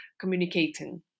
communicating